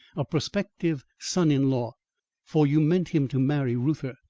a prospective son-in-law for you meant him to marry reuther.